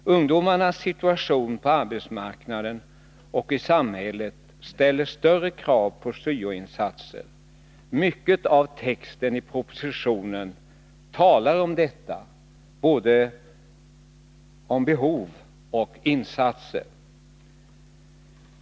Ungdomarnas situation på arbetsmarknaden och i samhället ställer större krav på syo-insatser. Mycket av texten i propositionen talar om detta — både om behov och om insatser.